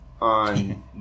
On